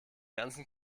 ganzen